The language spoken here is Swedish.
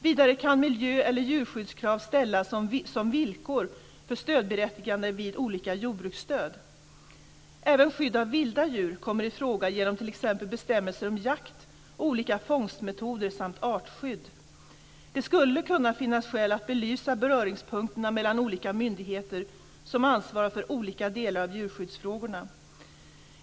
Vidare kan miljö eller djurskyddskrav ställas som villkor för stödberättigande vid olika jordbruksstöd. Även skydd av vilda djur kommer i fråga genom t.ex. bestämmelser om jakt och olika fångstmetoder samt artskydd. Det skulle kunna finnas skäl att belysa beröringspunkterna mellan olika myndigheter som ansvarar för olika delar av djurskyddsfrågorna.